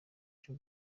cyo